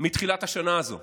מתחילת השנה הזו,